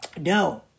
no